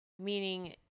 meaning